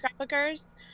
scrapbookers